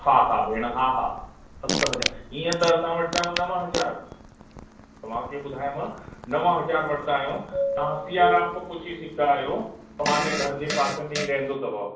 हा हा भेण हा हा सत हज़ार इअं त असां वटि त नव हज़ार तव्हांखे ॿुधायव नव हज़ार वठंदा आहियूं तां सिया राम खां पुछी सघंदा आहियो तव्हांजे घर जे पासे में ई रहंदो अथव